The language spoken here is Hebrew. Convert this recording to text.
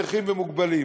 נכים ומוגבלים,